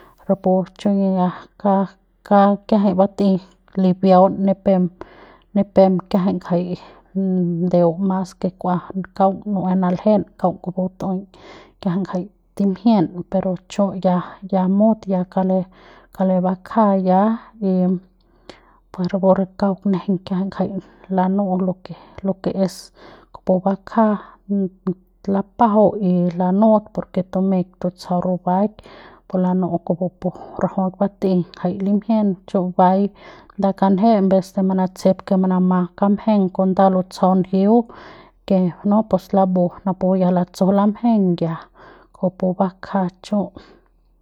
Rapu chumani ya ka ka kiajai bat'ei libiaun ni pe ni pep kiajai jai ndeu mas ke kuam kaung nu'uem naljem kaung kupu tu'um kiajai timjiem pero chu ya ya mut ya kale kale bakja y ya y pu rapu re kauk nejeiñ kiajai ngjai lanu'u lo ke lo ke es kupu bakja lapajau y lanu'u por ke tumeiñ tutsjaut rubaik pu lanu'u kupu pu rajuik bat'ei jai limjien chu bai nda kanje enves de manatsjep ke manama kamjen kon nda lutsjau njiung ke no pus lambu napu ya latsju lamjen ya kupu pu bakja chu.